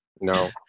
no